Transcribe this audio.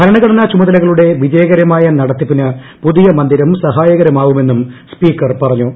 ഭരണഘടനാ ചുമതലകളുടെ വിജയകരമായ നടത്തിപ്പിന് പുതിയ മന്ദിരം സഹായകരമാവുമെന്നും സ്പീക്കർ പറഞ്ഞു